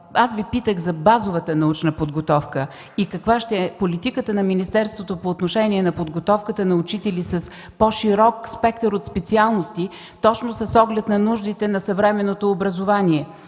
Питах Ви за базовата научна подготовка и каква ще е политиката на министерството по отношение на подготовката на учителите с по-широк спектър от специалности точно с оглед на нуждите на съвременното образование,